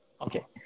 Okay